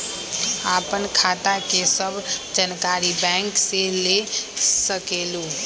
आपन खाता के सब जानकारी बैंक से ले सकेलु?